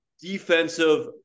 defensive